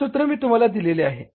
हे सूत्र मी तुम्हाला दिलेले आहे